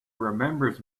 remembers